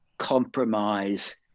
compromise